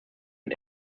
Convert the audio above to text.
ich